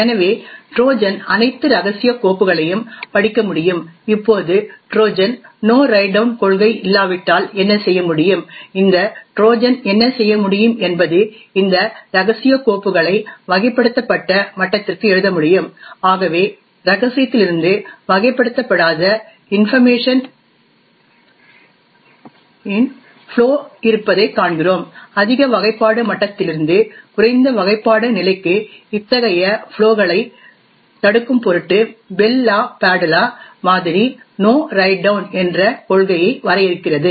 எனவே ட்ரோஜன் அனைத்து ரகசிய கோப்புகளையும் படிக்க முடியும் இப்போது ட்ரோஜன் நோ ரைட் டவுன் கொள்கை இல்லாவிட்டால் என்ன செய்ய முடியும் இந்த ட்ரோஜன் என்ன செய்ய முடியும் என்பது இந்த ரகசிய கோப்புகளை வகைப்படுத்தப்பட்ட மட்டத்திற்கு எழுத முடியும் ஆகவே ரகசியத்திலிருந்து வகைப்படுத்தப்படாத இன்பர்மேஷன் இன் ஃப்ளோ இருப்பதைக் காண்கிறோம் அதிக வகைப்பாடு மட்டத்திலிருந்து குறைந்த வகைப்பாடு நிலைக்கு இத்தகைய ஃப்ளோகளைத் தடுக்கும் பொருட்டு பெல் லாபாதுலா மாதிரி நோ ரைட் டவுன் என்ற கொள்கையை வரையறுக்கிறது